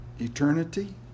eternity